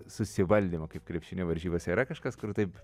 susivaldymo kaip krepšinio varžybase ar yra kažkas kur taip